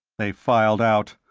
they filed out,